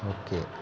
okay